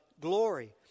glory